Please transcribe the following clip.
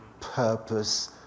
purpose